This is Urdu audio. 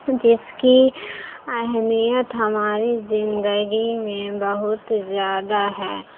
جس کی اہمیت ہماری زندگی میں بہت زیادہ ہے